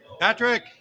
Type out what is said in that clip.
Patrick